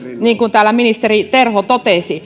niin kuin täällä ministeri terho totesi